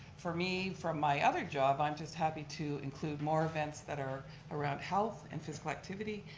for me, from my other job, i'm just happy to include more events that are around health and physical activity.